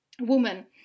woman